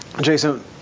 Jason